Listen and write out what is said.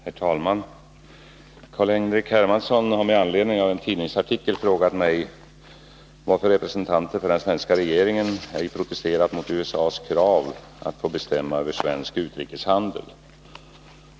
Herr talman! Carl-Henrik Hermansson har med anledning av en tidningsartikel frågat mig varför representanter för den svenska regeringen ej protesterat mot USA:s krav att få bestämma över svensk utrikeshandel.